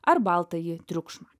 ar baltąjį triukšmą